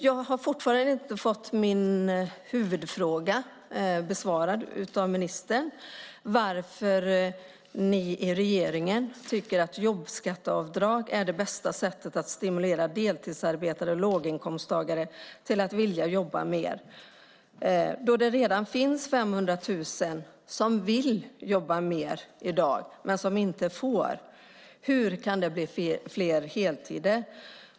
Jag har fortfarande inte fått min huvudfråga besvarad av ministern: Varför tycker ni i regeringen att jobbskatteavdrag är det bästa sättet att stimulera deltidsarbetare och låginkomsttagare att vilja jobba mer? Det finns redan i dag 500 000 som vill jobba mer men som inte får. Hur kan det bli flera heltider?